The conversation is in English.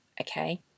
okay